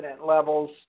levels